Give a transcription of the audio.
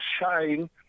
shine